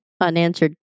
unanswered